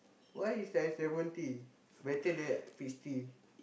why is ice lemon tea better than peach tea